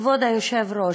כבוד היושב-ראש,